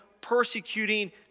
persecuting